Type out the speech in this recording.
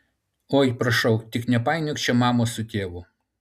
oi prašau tik nepainiok čia mamos su tėvu